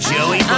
Joey